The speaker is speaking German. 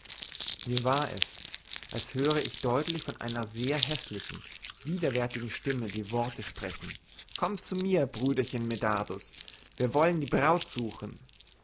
mir war es als höre ich deutlich von einer sehr häßlichen widerwärtigen stimme die worte sprechen komm mit mir brüderchen medardus wir wollen die braut suchen